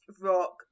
rock